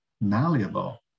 malleable